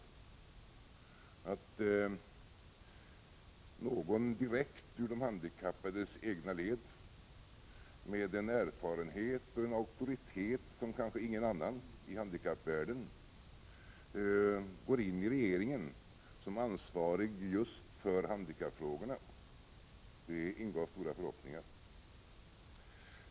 — 25 november 1987 Att någon direkt ur de handikappades egna led, med en erfarenhet och en = room or auktoritet som ingen annan i handikappvärlden, går in i regeringen som ansvarig just för handikappfrågorna ingav stora förhoppningar.